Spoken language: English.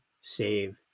save